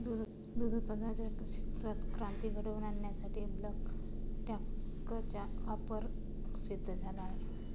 दूध उत्पादनाच्या क्षेत्रात क्रांती घडवून आणण्यासाठी बल्क टँकचा वापर सिद्ध झाला आहे